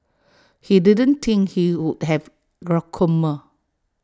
he didn't think he would have glaucoma